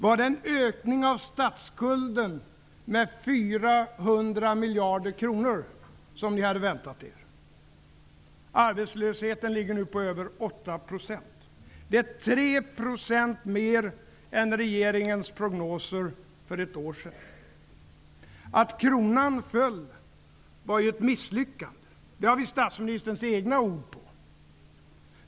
Var det en ökning av statsskulden med 400 miljarder kronor ni hade väntat er? Arbetslösheten ligger nu på över 8 %. Det är 3 % mer än regeringens prognoser för ett år sedan. Att kronan föll var ju ett misslyckande. Det har vi statsministerns egna ord på.